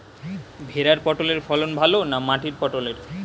ভেরার পটলের ফলন ভালো না মাটির পটলের?